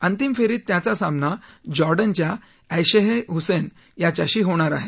अंतिम फेरीत त्याचा सामना जॉर्डनच्या ऐशैह हुसैन याच्याशी होणार आहे